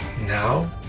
Now